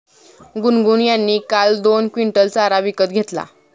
गुनगुन यांनी काल दोन क्विंटल चारा विकत घेतला